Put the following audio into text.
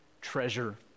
treasure